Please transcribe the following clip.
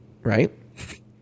right